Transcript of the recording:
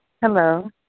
Hello